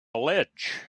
ledge